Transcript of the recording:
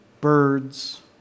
birds